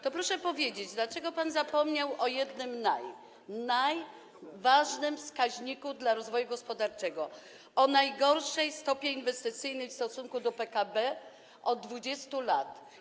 To proszę powiedzieć, dlaczego pan zapomniał o jednym „naj”, ważnym wskaźniku dla rozwoju gospodarczego, o najgorszej stopie inwestycyjnej w stosunku do PKB od 20 lat.